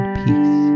peace